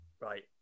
right